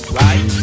right